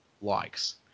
Likes